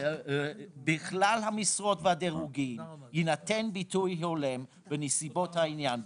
"בכלל המשרות והדירוגים יינתן ביטוי הולם בנסיבות העניין".